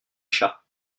chat